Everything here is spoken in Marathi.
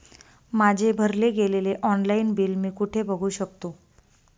माझे भरले गेलेले ऑनलाईन बिल मी कुठे बघू शकतो?